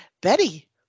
Betty